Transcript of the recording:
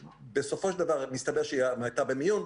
בסופו של דבר, מסתבר שהיא הייתה במיון.